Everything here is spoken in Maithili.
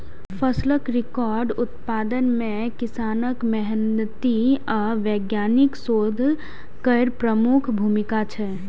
फसलक रिकॉर्ड उत्पादन मे किसानक मेहनति आ वैज्ञानिकक शोध केर प्रमुख भूमिका छै